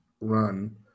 run